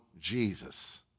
Jesus